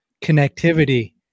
connectivity